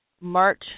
March